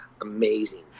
amazing